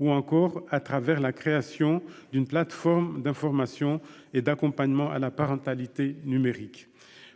ou encore au travers de la création d'une plateforme d'information et d'accompagnement à la parentalité numérique.